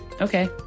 Okay